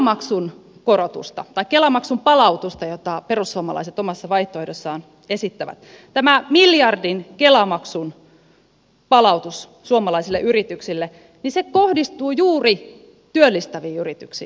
mutta jos katsomme kela maksun palautusta jota perussuomalaiset omassa vaihtoehdossaan esittävät tämä miljardin kela maksun palautus suomalaisille yrityksille kohdistuu juuri työllistäviin yrityksiin edustaja soini